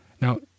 Now